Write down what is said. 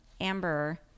Amber